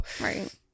right